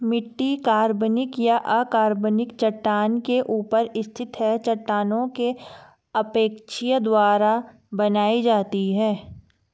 मिट्टी कार्बनिक या अकार्बनिक चट्टान के ऊपर स्थित है चट्टानों के अपक्षय द्वारा बनाई जाती है